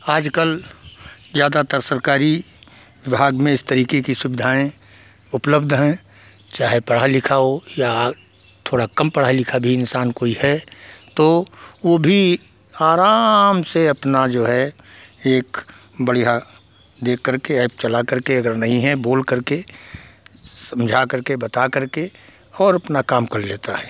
आजकल ज़्यादातर सरकारी विभाग में इस तरीके की सुविधाएँ उपलब्ध हैं चाहे पढ़ा लिखा हो या थोड़ा कम पढ़ा लिखा भी इन्सान कोई है तो वह भी आराम से अपना जो है एक बढ़ियाँ देख करके एप चला करके अगर नहीं है बोल करके समझा करके बता करके और अपना काम कर लेता है